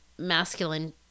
masculine